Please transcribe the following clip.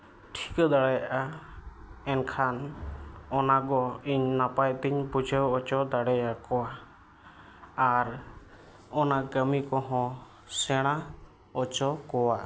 ᱴᱷᱤᱠᱟᱹ ᱫᱟᱲᱮᱭᱟᱜᱼᱟ ᱮᱱᱠᱷᱟᱱ ᱚᱱᱟ ᱠᱚ ᱤᱧ ᱱᱟᱯᱟᱭ ᱛᱮᱧ ᱵᱩᱡᱷᱟᱹᱣ ᱦᱚᱪᱚ ᱫᱟᱲᱮᱭᱟᱠᱚᱣᱟ